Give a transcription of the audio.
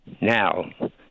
Now